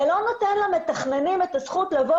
זה לא נותן למתכננים את הזכות לבוא